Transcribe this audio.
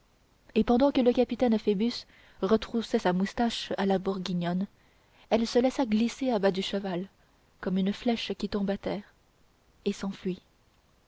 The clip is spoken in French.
et pendant que le capitaine phoebus retroussait sa moustache à la bourguignonne elle se laissa glisser à bas du cheval comme une flèche qui tombe à terre et s'enfuit